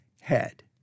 head